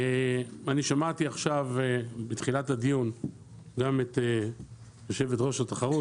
אני שמעתי בתחילת הדיון את הממונה על התחרות,